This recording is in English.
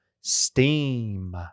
Steam